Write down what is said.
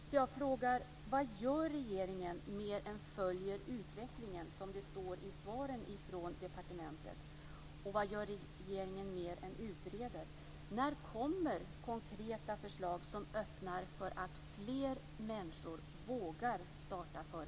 Så jag frågar: Vad gör regeringen mer än "följer utvecklingen", som det står i svaret från departementet? Och vad gör regeringen mer än utreder? När kommer konkreta förslag som öppnar för att fler människor vågar starta företag?